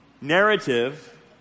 Narrative